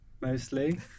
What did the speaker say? mostly